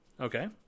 Okay